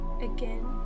Again